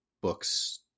books